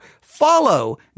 follow